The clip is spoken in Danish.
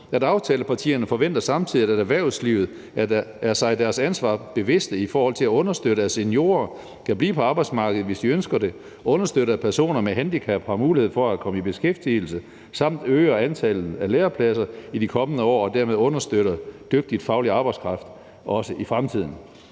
»Aftalepartierne forventer samtidig, at erhvervslivet er sig deres ansvar bevidste ift. at understøtte, at seniorer kan blive på arbejdsmarkedet, hvis de ønsker det, understøtte at personer med handicap har mulighed for at komme i beskæftigelse samt øger antallet af lærepladser i de kommende år og dermed understøtter dygtig fagligt arbejdskraft også i fremtiden.«